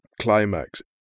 climax